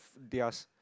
theirs